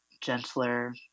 gentler